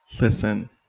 Listen